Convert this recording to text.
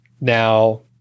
Now